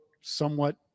somewhat